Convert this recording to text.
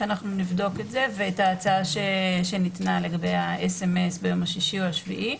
שנבדוק את זה ואת ההצעה שניתנה לגבי האסמס ביום השישי או השביעי.